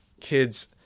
kids